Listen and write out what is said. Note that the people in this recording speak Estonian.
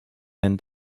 end